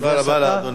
אדוני היושב-ראש,